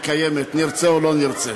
היא קיימת, נרצה או לא נרצה.